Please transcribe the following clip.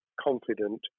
confident